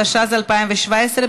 התשע"ז 2017,